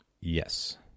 Yes